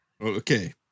Okay